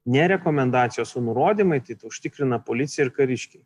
ne rekomendacijos o nurodymai tai užtikrina policija ir kariškiai